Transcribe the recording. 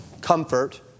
comfort